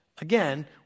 again